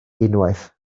unwaith